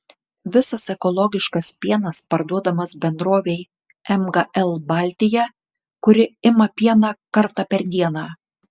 visas ekologiškas pienas parduodamas bendrovei mgl baltija kuri ima pieną kartą per dieną